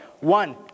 One